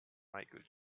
michael